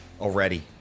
already